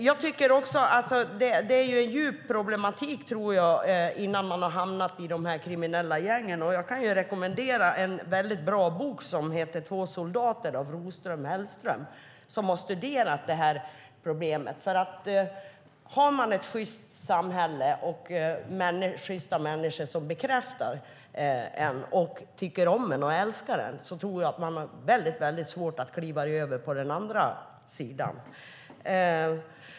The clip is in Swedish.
Jag tror också att det finns en djup problematik innan man hamnar i kriminella gäng. Jag kan rekommendera en väldigt bra bok som heter Två soldater av Roslund & Hellström. De har studerat det här problemet. Har man ett sjyst samhälle och sjysta människor som bekräftar en, tycker om en och älskar en tror jag att man har väldigt svårt att kliva över till den andra sidan.